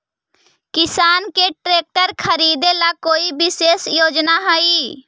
किसान के ट्रैक्टर खरीदे ला कोई विशेष योजना हई?